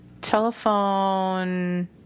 Telephone